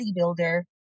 bodybuilder